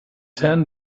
ten